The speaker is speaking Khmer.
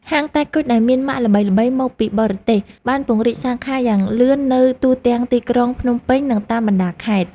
ហាងតែគុជដែលមានម៉ាកល្បីៗមកពីបរទេសបានពង្រីកសាខាយ៉ាងលឿននៅទូទាំងទីក្រុងភ្នំពេញនិងតាមបណ្តាខេត្ត។